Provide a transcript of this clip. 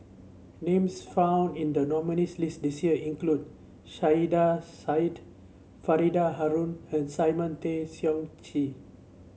names found in the nominees' list this year include Saiedah Said Faridah Hanum and Simon Tay Seong Chee